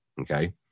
Okay